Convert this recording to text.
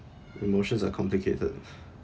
emotions are complicated